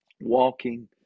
walking